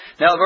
Now